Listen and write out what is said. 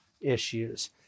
issues